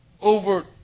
over